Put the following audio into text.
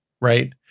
right